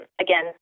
again